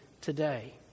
today